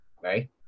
right